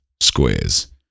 squares